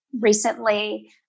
recently